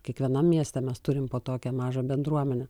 kiekvienam mieste mes turim po tokią mažą bendruomenę